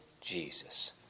Jesus